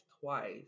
twice